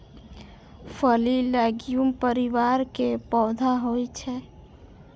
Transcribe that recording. फली लैग्यूम परिवार के पौधा होइ छै